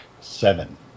Seven